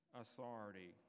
authority